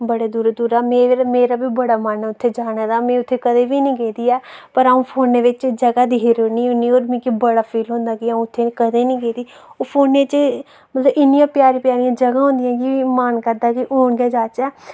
बड़े दूरूं दूरूं मेरा बी बड़ा मन ऐ उत्थै जाने दा में उत्थै कदें बी निं गेदी ऐ पर अ'ऊं फोने बिच दिखदी रौह्न्नी होन्नी और मिगी बड़ा फील होंदा कि अ'ऊं उत्थै कदें निं गेदी और फोने च मतलब इन्नियां प्यारी प्यारी जगह्ं होंदियां ते मन करदा कि हून गै जाह्चै